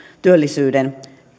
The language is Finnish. työllisyyden